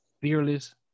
fearless